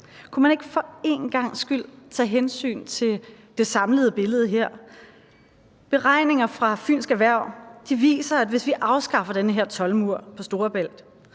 Kunne man ikke for en gangs skyld tage hensyn til det samlede billede her. Beregninger fra Fynsk Erhverv viser, at hvis vi afskaffer den her toldmur på Storebælt,